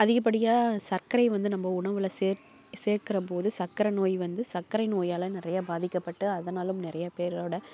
அதிகப்படியாக சர்க்கரை வந்து நம்ம உணவில் சேர்க் சேர்க்கிறப் போது சர்க்கரை நோய் வந்து சர்க்கரை நோயால் நிறைய பாதிக்கப்பட்டு அதுனாலேயும் நிறைய பேரோடய